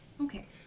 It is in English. okay